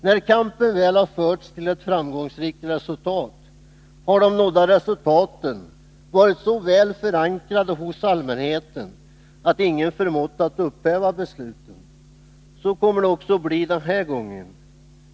När kampen väl har förts till ett framgångsrikt resultat, har de nådda resultaten varit så väl förankrade hos allmänheten att ingen förmått att upphäva besluten. Så kommer det också att bli den här gången.